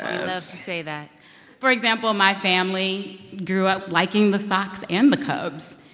ah so say that for example, my family grew up liking the sox and the cubs.